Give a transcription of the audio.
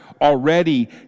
already